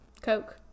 coke